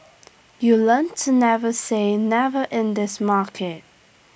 you learn to never say never in this market